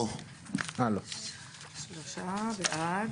הצבעה בעד